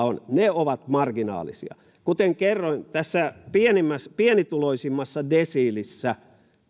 on ovat marginaalisia kuten kerroin tässä pienituloisimmassa desiilissä